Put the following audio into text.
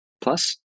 Plus